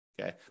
okay